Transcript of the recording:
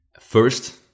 first